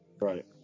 right